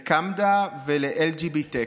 לקמהדע ול-LGBTech.